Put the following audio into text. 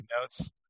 notes